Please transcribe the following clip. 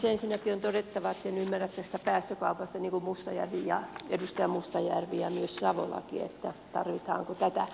ensinnäkin on todettava että en ymmärrä tästä päästökaupasta niin kuin edustaja mustajärvi ja savolakin että tarvitaanko tätä